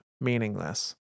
meaningless